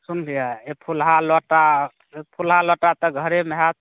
सुनलियै एक फुलहा लोटा फुलहा लोटा तऽ घरेमे हाएत